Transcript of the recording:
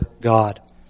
God